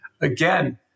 again